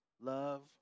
love